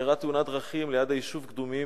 אירעה תאונת דרכים ליד היישוב קדומים.